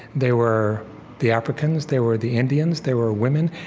they were the africans. they were the indians. they were women.